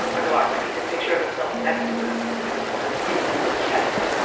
yeah agalarov tweets a picture of himself next to putin with the award pinned on his chest.